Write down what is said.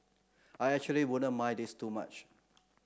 I actually wouldn't mind this too much